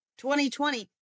2020